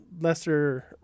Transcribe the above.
lesser